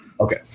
okay